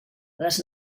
les